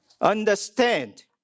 Understand